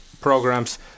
programs